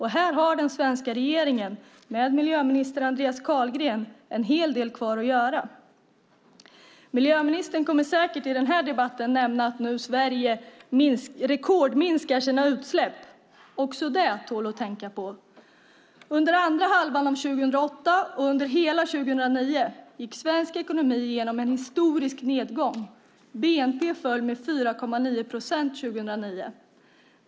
Här har den svenska regeringen och miljöminister Andreas Carlgren en hel del kvar att göra. I den här debatten kommer miljöministern säkert att nämna att Sverige nu rekordminskar sina utsläpp. Det tål också att tänka på. Under andra halvan av 2008 och under hela 2009 gick svensk ekonomi igenom en historisk nedgång. Bnp föll med 4,9 procent 2009.